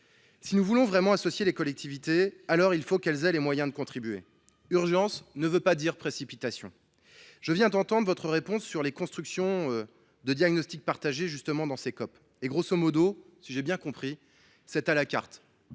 Si nous voulons vraiment associer les collectivités, il faut qu’elles aient les moyens de contribuer. Urgence ne veut pas dire précipitation. Je viens d’entendre votre réponse sur les constructions de diagnostics partagés dans ces COP., si j’ai bien compris votre